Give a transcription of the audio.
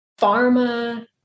pharma